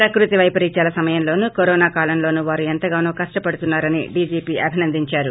ప్రకృతి పైపరీత్యాల సమయంలోనూ కరోనా కాలంలోనూ వారు ఎంతగానో కష్ణ పడుతున్నా రని డీజీపీ అభినందించారు